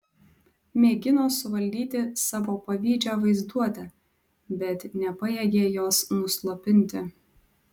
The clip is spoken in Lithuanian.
mėgino suvaldyti savo pavydžią vaizduotę bet nepajėgė jos nuslopinti